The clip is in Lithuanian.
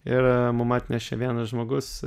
ir mum atnešė vienas žmogus